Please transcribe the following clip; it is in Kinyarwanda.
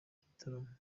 gitaramo